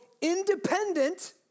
independent